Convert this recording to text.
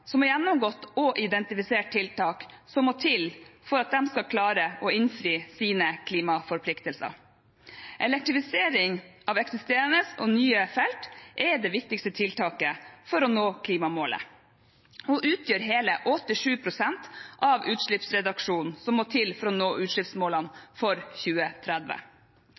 som har gjennomgått og identifisert tiltak som må til for at de skal klare å innfri sine klimaforpliktelser. Elektrifisering av eksisterende og nye felt er det viktigste tiltaket for å nå klimamålet og utgjør hele 87 pst. av utslippsreduksjonen som må til for å nå utslippsmålene for 2030.